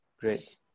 Great